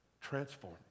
transform